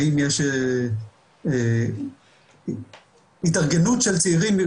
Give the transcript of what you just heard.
האם יש התארגנות של צעירים,